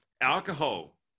alcohol